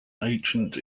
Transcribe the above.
ancient